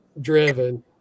driven